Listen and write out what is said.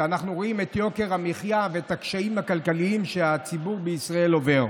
כשאנחנו רואים את יוקר המחיה ואת הקשיים הכלכליים שהציבור בישראל עובר,